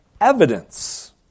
evidence